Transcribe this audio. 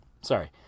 sorry